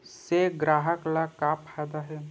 से ग्राहक ला का फ़ायदा हे?